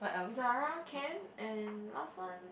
Zara can and last one